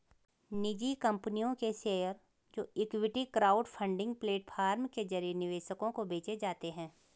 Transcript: निजी कंपनियों के शेयर जो इक्विटी क्राउडफंडिंग प्लेटफॉर्म के जरिए निवेशकों को बेचे जाते हैं